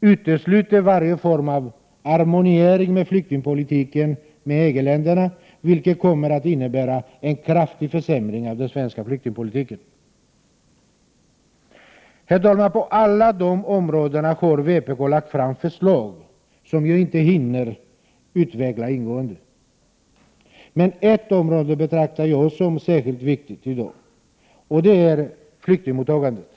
utesluter varje form av harmoniering av flyktingpolitiken med EG-ländernas, vilket skulle komma att innebära en kraftig försämring av den svenska flyktingpolitiken. Herr talman! På alla dessa områden har vpk lagt fram förslag, som jag inte hinner utveckla ingående. Men ett område betraktar jag som särskilt viktigt i dag, och det är flyktingmottagandet.